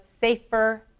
safer